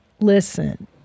listen